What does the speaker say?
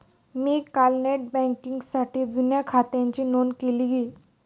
मी काल नेट बँकिंगसाठी जुन्या खात्याची नोंदणी केली